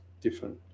Different